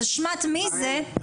אשמת מי זה?